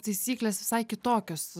taisyklės visai kitokios